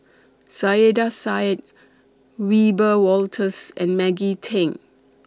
Saiedah Said Wiebe Wolters and Maggie Teng